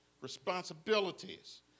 responsibilities